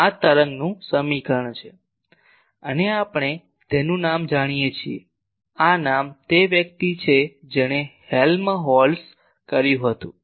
આ તરંગનું સમીકરણ છે અને આપણે તેનું નામ જાણીએ છીએ આ નામ તે વ્યક્તિ છે જેણે હેલ્મહોલ્ટ્ઝ કર્યું હતું